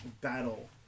battle